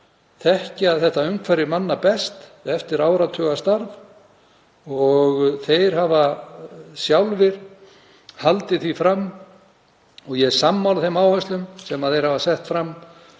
þekkja þetta umhverfi manna best eftir áratuga starf. Þeir hafa sjálfir haldið því fram, og ég er sammála þeim áherslum sem þeir hafa sett fram